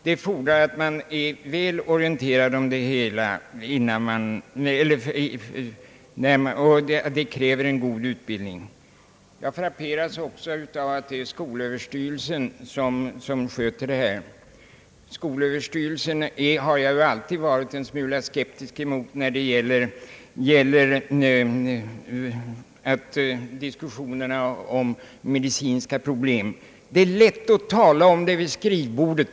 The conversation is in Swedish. Det krävs därför att man är väl orienterad och har god utbildning. Jag frapperas emellertid av att det är skolöverstyrelsen som har hand om de här frågorna. Jag har alltid varit en smula skeptisk emot skolöverstyrelsen när det gäller diskusssioner om medicinska problem. Det är lätt att tala om sådana vid skrivbordet.